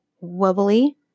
wobbly